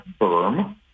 berm